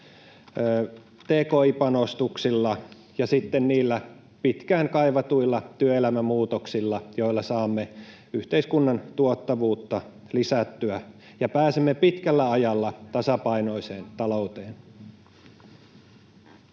tki-panostuksilla ja sitten niillä pitkään kaivatuilla työelämämuutoksilla, joilla saamme yhteiskunnan tuottavuutta lisättyä ja pääsemme pitkällä ajalla tasapainoiseen talouteen.